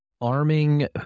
arming